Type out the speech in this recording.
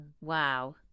Wow